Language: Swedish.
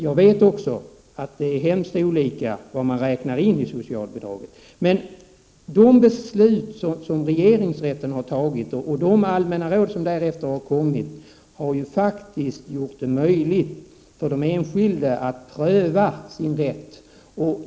Jag vet också att det är hemskt olika vad man räknar in i socialbidragsnormen. De beslut som regeringsrätten har tagit och de allmänna råd som därefter har kommit har faktiskt gjort det möjligt för den enskilde att pröva sin rätt.